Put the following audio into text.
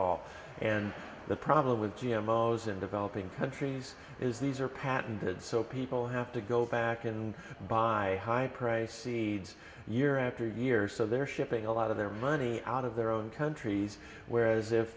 all and the problem with g m owes in developing countries is these are patented so people have to go back and buy high priced seeds year after year so they're shipping a lot of their money out of their own countries whereas if